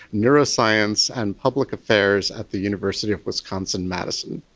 neuroscience and public affairs at the university of wisconsin, madison.